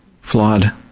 flawed